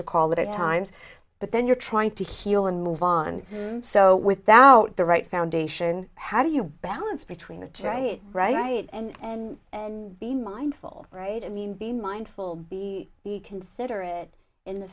to call it at times but then you're trying to heal and move on so without the right foundation how do you balance between the joy it right and and and be mindful right i mean be mindful be the consider it in the